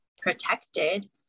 protected